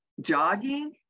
jogging